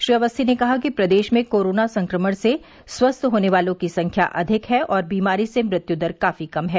श्री अवस्थी ने कहा कि प्रदेश में कोरोना संक्रमण से स्वस्थ होने वालों की संख्या अधिक है और बीमारी से मृत्यू दर काफी कम है